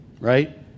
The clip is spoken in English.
right